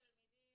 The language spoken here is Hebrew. תלמידים,